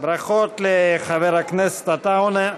ברכות לחבר הכנסת עטאונה.